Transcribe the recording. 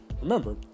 remember